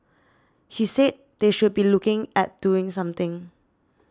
he said they should be looking at doing something